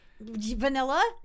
Vanilla